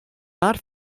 not